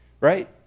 Right